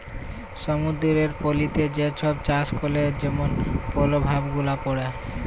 সমুদ্দুরের পলিতে যে ছব চাষ ক্যরে যেমল পরভাব গুলা পড়ে